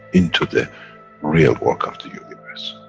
into the real work of the universe.